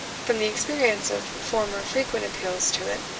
from the experience of former frequent appeals to it,